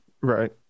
right